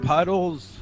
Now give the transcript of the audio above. Puddles